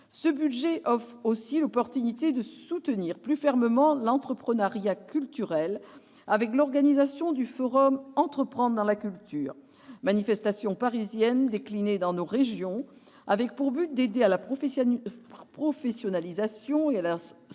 Ce budget offre aussi l'opportunité de soutenir plus fermement l'entrepreneuriat culturel, avec l'organisation du forum Entreprendre dans la culture, manifestation parisienne déclinée dans nos régions avec pour but d'aider à la professionnalisation et à la